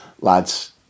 Lads